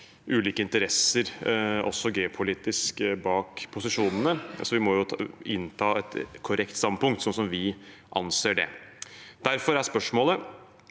ulike interesser også geopolitisk bak posisjonene, så vi må innta et korrekt standpunkt, slik vi anser det. Derfor er spørsmålet: